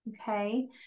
Okay